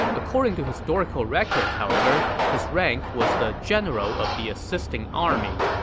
according to historical records, however, his rank was the general of the assisting army,